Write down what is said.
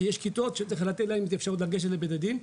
כי יש כיתות שצריך לתת להן את האפשרות לגשת לבית הדין,